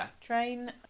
train